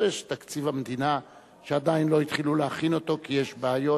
יש תקציב המדינה שעדיין לא התחילו להכין אותו כי יש בעיות.